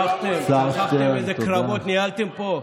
שכחתם איזה קרבות ניהלתם פה?